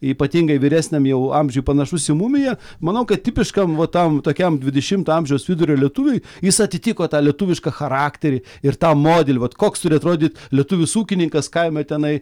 ypatingai vyresniam jau amžiuje panašus į mumiją manau kad tipiškam va tam tokiam dvidešimto amžiaus vidurio lietuviui jis atitiko tą lietuvišką charakterį ir tą modelį vat koks turi atrodyti lietuvis ūkininkas kaime tenai